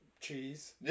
cheese